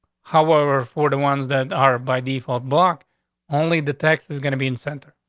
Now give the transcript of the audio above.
however, for the ones that are by default block only the text is gonna be in center.